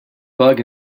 bug